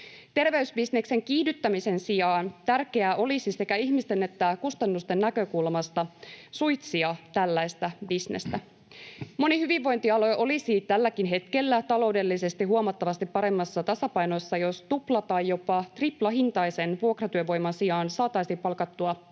Terveysbisneksen kiihdyttämisen sijaan tärkeää olisi sekä ihmisten että kustannusten näkökulmasta suitsia tällaista bisnestä. Moni hyvinvointialue olisi tälläkin hetkellä taloudellisesti huomattavasti paremmassa tasapainossa, jos tupla- tai jopa triplahintaisen vuokratyövoiman sijaan saataisiin palkattua omaa